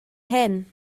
hyn